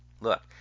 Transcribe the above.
Look